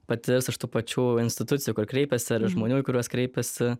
patirs iš tų pačių institucijų kur kreipiasi ar iš žmonių į kuriuos kreipiasi